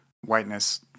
whiteness